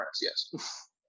yes